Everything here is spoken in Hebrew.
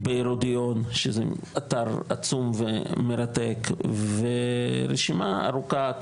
בהרודיון, שזה אתר עצום ומרתק, ורשימה ארוכה.